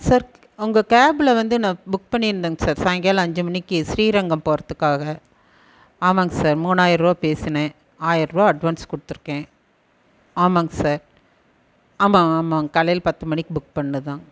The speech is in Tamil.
சார் உங்கள் கேப்பில் வந்து நான் புக் பண்ணிருந்தேங்க சார் சாயங்காலம் அஞ்சு மணிக்கு ஸ்ரீரங்கம் போகிறதுக்காக ஆமாங்க சார் மூணாயிரம் ரூபா பேசினேன் ஆயிரம் ரூபா அட்வான்ஸ் கொடுத்துருக்கேன் ஆமாங்க சார் ஆமாம் ஆமாம் காலையில் பத்து மணிக்கு புக் பண்ணிணதுதான்